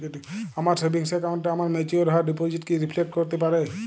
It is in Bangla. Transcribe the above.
আমার সেভিংস অ্যাকাউন্টে আমার ম্যাচিওর হওয়া ডিপোজিট কি রিফ্লেক্ট করতে পারে?